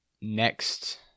next